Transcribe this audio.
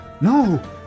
No